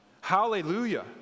hallelujah